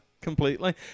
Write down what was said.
Completely